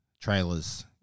trailers